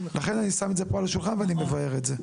לכן אני שם את זה פה על השולחן ואני מבאר את זה.